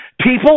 people